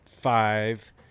five